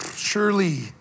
surely